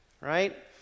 right